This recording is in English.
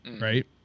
Right